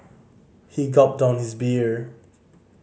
he gulped down his beer